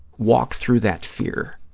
walk through that fear.